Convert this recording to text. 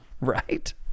right